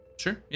Sure